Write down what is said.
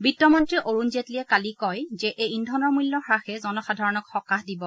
বিত্ত মন্ত্ৰী অৰুণ জেটলীয়ে কালি কয় যে এই ইন্ধনৰ মূল্য হ্ৰাসে জনসাধাৰণক সকাহ দিব